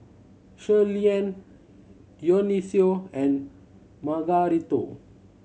Shirleyann Dionicio and Margarito